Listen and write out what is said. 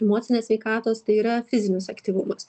emocinės sveikatos tai yra fizinis aktyvumas